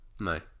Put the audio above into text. No